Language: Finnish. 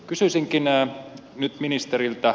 kysyisinkin nyt ministeriltä